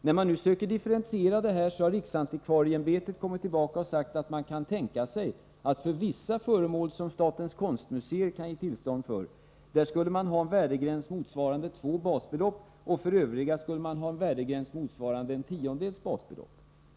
När man nu söker åstadkomma en differentiering av detta har riksantikvarieimbetet kommit tillbaka och sagt att man kan tänka sig att för vissa föremål som statens konstmuseer kan ge tillstånd för skulle man ha en värdegräns motsvarande två basbelopp, medan man för övriga föremål skulle ha en värdegräns motsvarande en tiondel av basbeloppet.